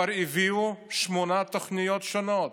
הביאו כבר שמונה תוכניות שונות.